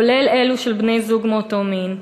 כולל אלו של בני-זוג מאותו מין,